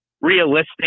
realistic